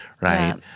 right